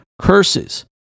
curses